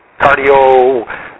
Cardio